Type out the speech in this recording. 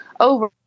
Over